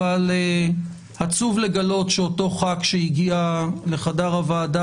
אבל עצוב לגלות שאותו חבר כנסת שהגיע לחדר הוועדה